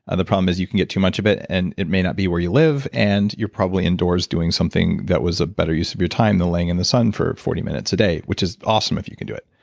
and the problem is you can get too much of it and it may not be where you live and you're probably in doors doing something that was a better use of your time than laying in the sun for forty minutes a day which is awesome if you can do it.